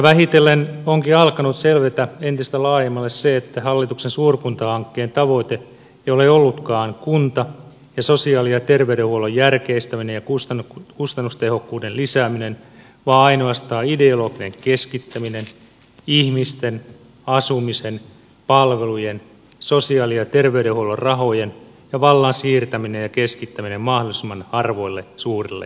vähitellen onkin alkanut selvitä entistä laajemmalle se että hallituksen suurkuntahankkeen tavoite ei ole ollutkaan kuntien sosiaali ja ter veydenhuollon järkeistäminen ja kustannustehokkuuden lisääminen vaan ainoastaan ideologinen keskittäminen ihmisten asumisen palvelujen sosiaali ja terveydenhuollon rahojen ja vallan siirtäminen ja keskittäminen mahdollisimman harvoille suurille keskuskaupungeille